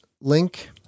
link